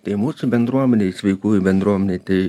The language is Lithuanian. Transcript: tai mūsų bendruomenei sveikųjų bendruomenei tai